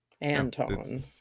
Anton